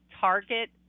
target